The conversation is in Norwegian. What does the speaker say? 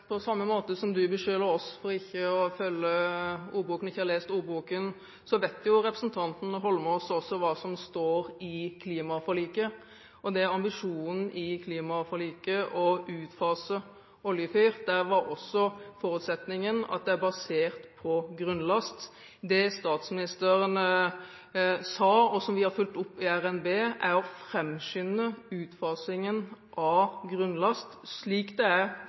På samme måte som representanten Eidsvoll Holmås beskylder oss for ikke å ha lest ordboken, vet representanten hva som står i klimaforliket. Når det gjelder ambisjonen i klimaforliket om å utfase oljefyring, var også forutsetningen at det er basert på grunnlast. Det statsministeren sa, og som vi har fulgt opp i RNB, er å framskynde utfasingen av grunnlast, slik det er